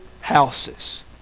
houses